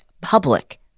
public